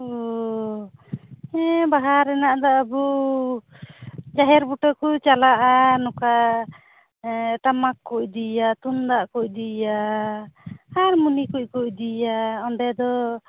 ᱚᱻ ᱦᱮᱸ ᱵᱟᱦᱟ ᱨᱮᱱᱟᱜ ᱫᱚ ᱟᱵᱚ ᱡᱟᱦᱮᱨ ᱵᱩᱴᱟᱹ ᱠᱚ ᱪᱟᱞᱟᱜᱼᱟ ᱱᱚᱠᱟ ᱴᱟᱢᱟᱠ ᱠᱚ ᱤᱫᱤᱭᱟ ᱛᱩᱢᱫᱟᱜ ᱠᱚ ᱤᱫᱤᱭᱟ ᱦᱟᱨᱢᱚᱱᱤ ᱠᱚᱠᱚ ᱤᱫᱤᱭᱟ ᱚᱸᱰᱮ ᱫᱚ